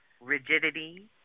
rigidity